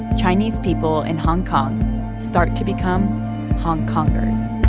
chinese people in hong kong start to become hong kongers